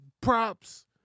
props